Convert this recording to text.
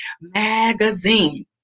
Magazine